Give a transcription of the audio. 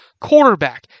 Quarterback